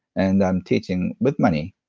and i'm teaching with money.